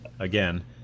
Again